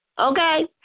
Okay